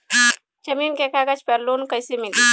जमीन के कागज पर लोन कइसे मिली?